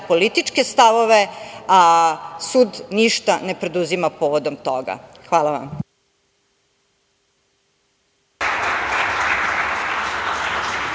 političke stavove, a sud ništa ne preduzima povodom toga. Hvala vam.